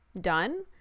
done